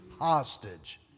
hostage